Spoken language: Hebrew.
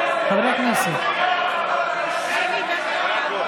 נכון, נכון,